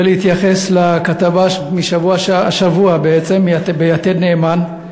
אני רוצה להתייחס לכתבה שהייתה השבוע ב"יתד נאמן",